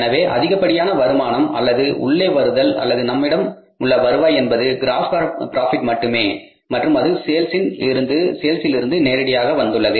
எனவே அதிகப்படியான வருமானம் அல்லது உள்ளே வருதல் அல்லது நம்மிடமுள்ள வருவாய் என்பது க்ராஸ் ப்ராபிட் மட்டுமே மற்றும் அது சேல்ஸில் இருந்து நேரடியாக வந்துள்ளது